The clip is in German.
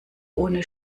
ohne